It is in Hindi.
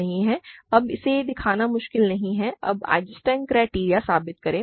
अब इसे दिखाना मुश्किल नहीं है अब आइजेंस्टाइन क्राइटेरियन साबित करें